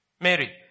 Mary